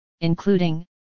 including